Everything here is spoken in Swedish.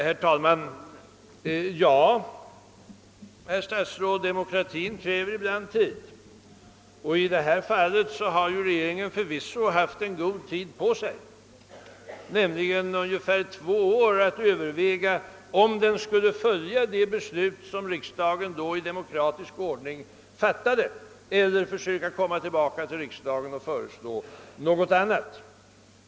Herr talman! Ja, herr statsråd, demokrati kräver tid ibland. Men i detta fall har regeringen förvisso haft god tid på sig — ungefär två år — att överväga om den skulle följa riksdagens i demokratisk ordning fattade beslut, eller om regeringen skulle komma tillbaka till riksdagen med ett annat förslag.